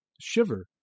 Shiver